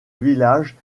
village